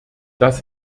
das